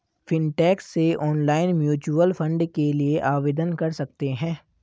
fintech से online mutual fund के लिए आवेदन कर सकते हैं